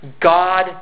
God